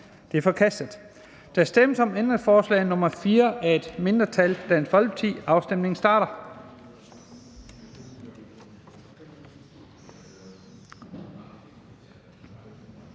er forkastet. Der stemmes om ændringsforslag nr. 20 af et mindretal (DF), og afstemningen starter.